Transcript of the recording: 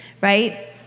right